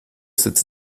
sitzt